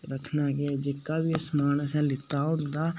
रक्खना कि जेह्का बी समान असें लेते दा होंदा